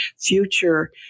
future